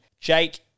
Jake